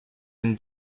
been